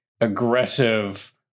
aggressive